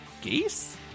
Geese